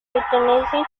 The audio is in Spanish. pertenecen